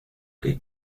que